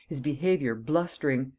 his behaviour blustering,